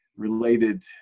Related